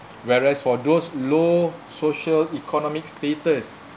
whereas for those low social economic status